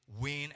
win